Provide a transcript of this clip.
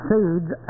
Seeds